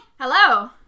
Hello